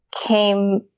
came